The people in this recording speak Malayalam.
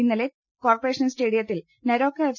ഇന്നല്ല് കോർപ്പറേഷൻ സ്റ്റേഡിയ ത്തിൽ നെരോക എഫ്